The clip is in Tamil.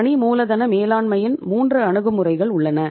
பணி மூலதன மேலாண்மையில் மூன்று அணுகுமுறைகள் உள்ளன